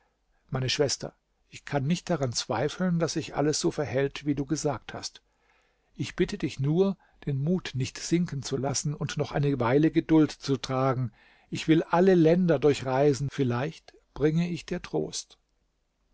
meine schwester ich kann nicht daran zweifeln daß sich alles so verhält wie du gesagt hast ich bitte dich nur den mut nicht sinken zu lassen und noch eine weile geduld zu tragen ich will alle länder durchreisen vielleicht bringe ich dir trost